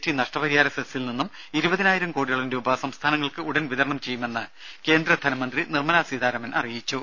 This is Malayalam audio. ടി നഷ്ടപരിഹാര സെസ്സിൽ നിന്നും ഇരുപതിനായിരം കോടിയോളം രൂപ സംസ്ഥാനങ്ങൾക്ക് ഉടൻ വിതരണം ചെയ്യുമെന്ന് കേന്ദ്ര ധനമന്ത്രി നിർമല സീതാരാമൻ അറിയിച്ചു